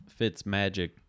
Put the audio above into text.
Fitzmagic